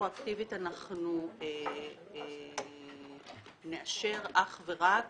רטרואקטיבית אנחנו נאשר אך ורק